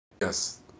Yes